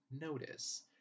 notice